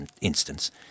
instance